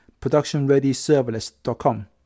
productionreadyserverless.com